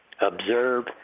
observe